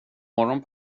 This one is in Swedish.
morgon